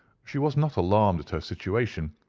she was not alarmed at her situation,